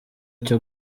cyo